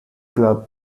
club